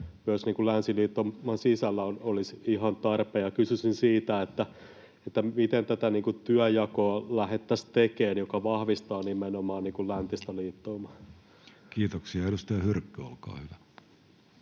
myös länsiliittouman sisällä olisi ihan tarpeen. Kysyisin siitä, miten lähdettäisiin tekemään tätä työnjakoa, joka vahvistaa nimenomaan läntistä liittoumaa. Kiitoksia. — Edustaja Hyrkkö, olkaa hyvä.